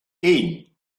één